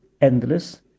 endless